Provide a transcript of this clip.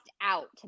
out